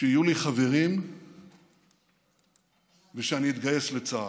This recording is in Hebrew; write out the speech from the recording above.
שיהיו לי חברים ושאני אתגייס לצה"ל.